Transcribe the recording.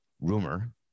rumor